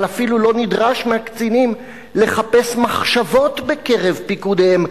אבל אפילו לא נדרש מהקצינים לחפש מחשבות בקרב פקודיהם,